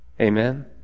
Amen